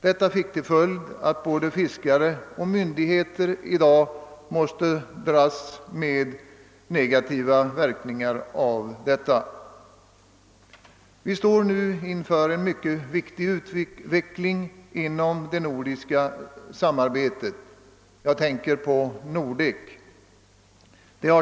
Detta fick till följd att både fiskare och myndigheter i dag måste dras med uppgörelsens negativa verkningar. Men vi står nu inför en mycket viktig utveckling inom det nordiska samarbetet — jag tänker på Nordek.